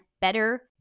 better